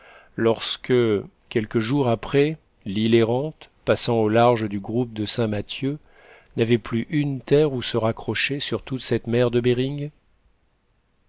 lorsque quelques jours après l'île errante passant au large du groupe de saint mathieu n'avait plus une terre où se raccrocher sur toute cette mer de behring